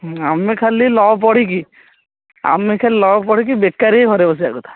ଆମେ ଖାଲି ଲ ପଢିକି ଆମେ ଖାଲି ଲ ପଢିକି ବେକାର ହେଇକି ଘରେ ବସିବା କଥା